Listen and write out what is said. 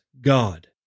God